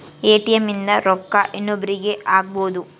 ATM ಇಂದ ರೊಕ್ಕ ಇನ್ನೊಬ್ರೀಗೆ ಹಕ್ಬೊದು